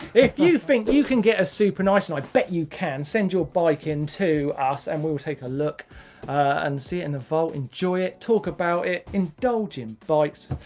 if you think you can get a super nice, and i bet you can, send your bike in to us and we will take a look and see it in the vault. enjoy it, talk about it, indulge in bikes.